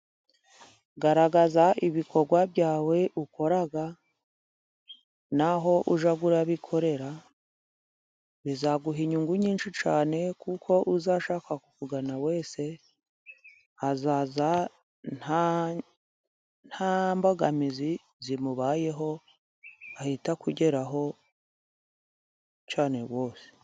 Garagaza ibikorwa byawe ukora n'aho ujya ubikorera , bizaguha inyungu nyinshi cyane kuko uzashaka kukugana wese azaza nta mbogamizi zimubayeho , ahite akugeraho cyane rwose.